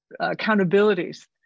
accountabilities